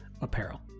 apparel